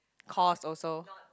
course also